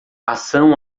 ação